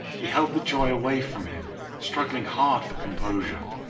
he held the joy away from him, struggling hard for composure.